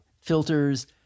filters